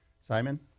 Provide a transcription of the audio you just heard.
Simon